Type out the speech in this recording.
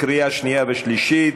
לקריאה שנייה ושלישית.